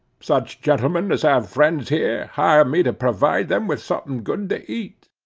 such gentlemen as have friends here, hire me to provide them with something good to eat.